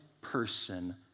person